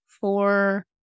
four